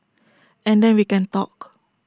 and then we can talk